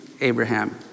Abraham